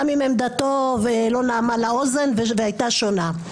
גם אם עמדתו לא נעמה לאוזן והיתה שונה.